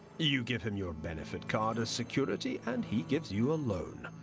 you give him your benefit card as security and he gives you a loan.